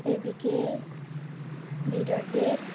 এদিকে বিরাটের